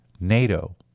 NATO